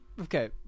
Okay